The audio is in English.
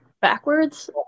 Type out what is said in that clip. backwards